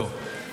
טוב.